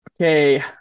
Okay